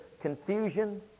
confusion